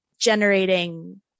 generating